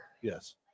Yes